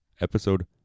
episode